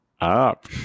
up